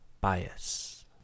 bias